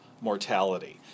mortality